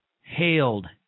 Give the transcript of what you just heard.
hailed